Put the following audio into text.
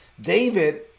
David